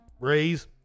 raise